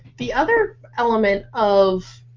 the other element of